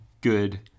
good